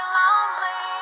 lonely